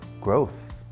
growth